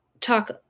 talk